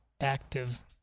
active